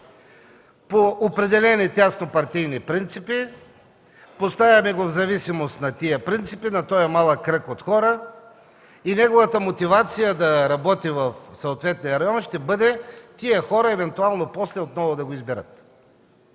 по определени тясно партийни принципи, поставяме го в зависимост на тези принципи, на този малък кръг от хора и неговата мотивация да работи в съответния район ще бъде тези хора евентуално после отново да го изберат.